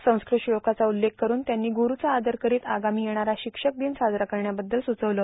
संस्कृत श्लोकाचा उल्लेख करून त्यांनी गुरूचा आदर करित आगामी येणारा शिक्षक दिन साजरा करण्याबद्दल सूचवलं